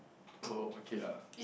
oh okay lah